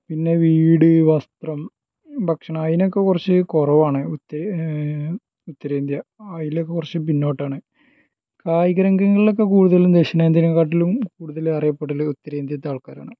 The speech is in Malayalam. പിന്നെ വീട് വസ്ത്രം ഭക്ഷണം അതിനൊക്കെ കുറച്ച് കുറവാണ് ഉത്തരേന്ത്യ ഉത്തരേന്ത്യ അതിലൊക്കെ കുറച്ച് പിന്നോട്ടാണ് കായിക രംഗങ്ങളിലൊക്കെ കൂടുതലും ദക്ഷിണേന്ത്യനെ കാട്ടിലും കൂടുതൽ അറിയപ്പെടൽ ഉത്തരേന്ത്യേത്തെ ആൾക്കാരാണ്